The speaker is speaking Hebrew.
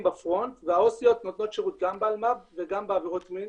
בפרונט והעו"סיות נותנות שירות גם באלמ"ב וגם בעבירות מין,